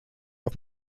auf